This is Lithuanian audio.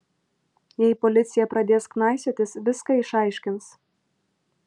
jei policija pradės knaisiotis viską išaiškins